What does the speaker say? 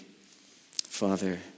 Father